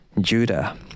Judah